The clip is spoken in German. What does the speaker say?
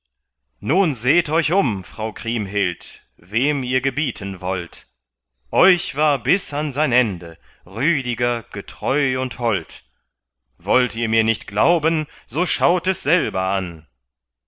nun seht euch um frau kriemhild wem ihr gebieten wollt euch war bis an sein ende rüdiger getreu und hold wollt ihr mir nicht glauben so schaut es selber an